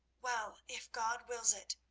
well, if god wills it,